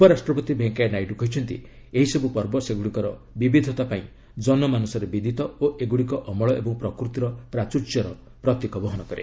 ଉପରାଷ୍ଟ୍ରପତି ଭେଙ୍କୟା ନାଇଡୁ କହିଛନ୍ତି ଏହିସବୁ ପର୍ବ ସେଗୁଡ଼ିକର ବିବିଧତା ପାଇଁ ଜନମାନସରେ ବିଦିତ ଓ ଏଗୁଡ଼ିକ ଅମଳ ଏବଂ ପ୍ରକୃତିର ପ୍ରାଚୁର୍ଯ୍ୟର ପ୍ରତୀକ ବହନ କରେ